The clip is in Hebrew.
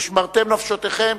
ושמרתם נפשותיכם,